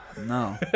No